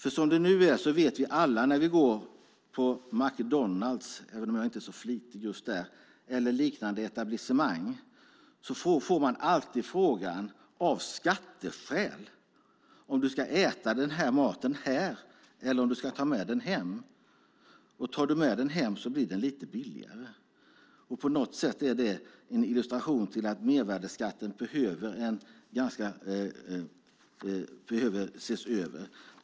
Vi vet alla att när vi går på McDonalds - även om jag själv inte är en sådan flitig gäst där - eller liknande etablissemang får vi alltid frågan av skatteskäl om maten ska ätas där eller tas med. Tar du med den hem blir den nämligen lite billigare. På något sätt är detta en illustration av att mervärdesskatten behöver ses över.